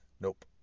Nope